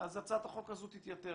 אז הצעת החוק הזו תתייתר,